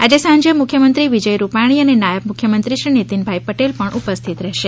આજે સાંજે મુખ્યમંત્રી વિજય રૂપાણી અને નાયબ મુખ્યમંત્રી શ્રી નીતીન પટેલ ઉપસ્થિત રહેશે